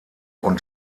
und